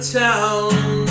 town